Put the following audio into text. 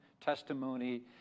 testimony